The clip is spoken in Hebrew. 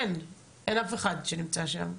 אין אף אחד שנמצא שם,